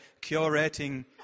curating